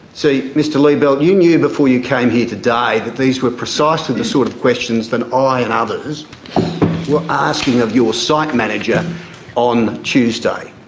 so mr liebelt, you knew before you came here today that these were precisely the sort of questions that i and others were asking of your site manager on tuesday.